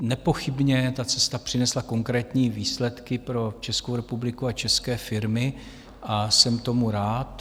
Nepochybně ta cesta přinesla konkrétní výsledky pro Českou republiku a české firmy a jsem tomu rád.